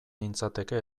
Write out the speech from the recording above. nintzateke